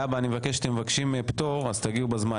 להבא אני מבקש, כשאתם מבקשים פטור אז תגיעו בזמן.